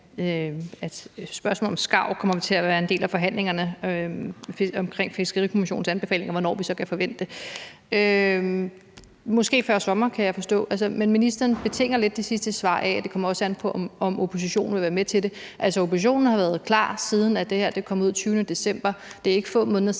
spørgsmålet om skarver kommer til at være en del af forhandlingerne omkring Fiskerikommissionens anbefalinger, hvornår vi så end kan forvente det; måske før sommer, kan jeg forstå. Men ministeren betinger lidt det sidste svar af, at det også kommer an på, om oppositionen vil være med til det. Oppositionen har jo været klar, siden det her kom ud den 20. december. Det er ikke få måneder siden;